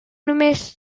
només